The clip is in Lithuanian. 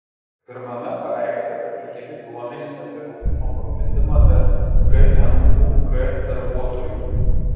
pirmame paveiksle pateikiami duomenys apie rūkymo paplitimą tarp kmuk darbuotojų